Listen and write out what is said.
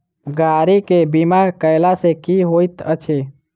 गाड़ी केँ बीमा कैला सँ की होइत अछि?